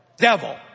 devil